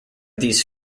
these